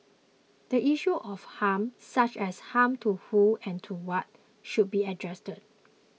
the issue of harm such as harm to whom and to what should be addressed